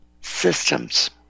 systems